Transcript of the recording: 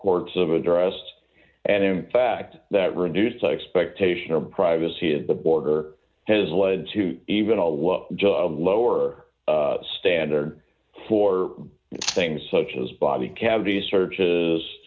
courts of addressed and in fact that reduced expectation of privacy at the border has led to even a look lower standard for things such as body cavity search